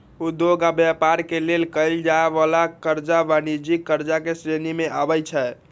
उद्योग आऽ व्यापार के लेल कएल जाय वला करजा वाणिज्यिक करजा के श्रेणी में आबइ छै